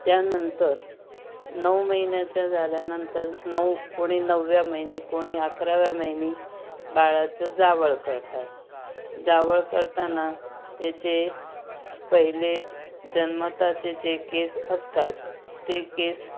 त्यानंतर नऊ महिन्याच्या झाल्यानंतर नऊ कोणी नवव्या महिन्यात कोणी अकराव्या महिन्यात बाळाचं जावळ करतात जावळ करताना त्याचे पहिले जन्मतःचे जे केस असतात ते केस